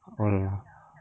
mm